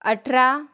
अठरा